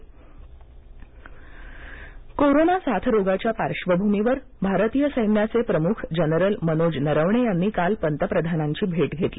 लष्कर corona corona साथरोगाच्या पार्श्वभूमीवर भारतीय सैन्याचे प्रमुख जनरल मनोज नरवणे यांनी काल पंतप्रधानांची भेट घेतली